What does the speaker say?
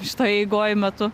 šitoj eigoj metu